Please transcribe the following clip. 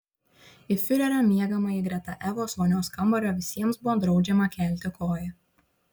į fiurerio miegamąjį greta evos vonios kambario visiems buvo draudžiama kelti koją